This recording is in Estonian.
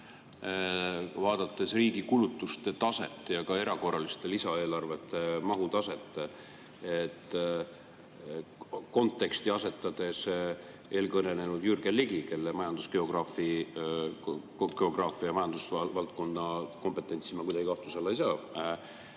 Vaadates riigi kulutuste taset ja ka erakorraliste lisaeelarvete mahu taset, konteksti asetades eelkõnelenud Jürgen Ligi, kelle geograafia ja majandusvaldkonna kompetentsi ma kuidagi kahtluse alla ei sea